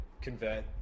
convert